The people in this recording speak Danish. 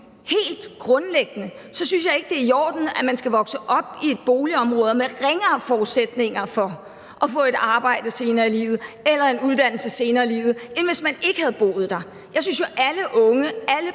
Helt grundlæggende synes jeg ikke, det er i orden, at man skal vokse op i et boligområde med ringere forudsætninger for at få et arbejde senere i livet eller en uddannelse senere i livet, end hvis man ikke havde boet der. Jeg synes jo, at alle unge, alle